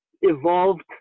evolved